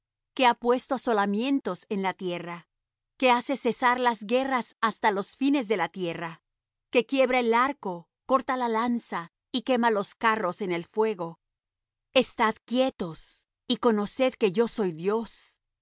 que ha puesto asolamientos en la tierra que hace cesar las guerras hasta los fines de la tierra que quiebra el arco corta la lanza y quema los carros en el fuego estad quietos y conoced que yo soy dios